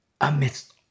amidst